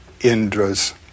Indra's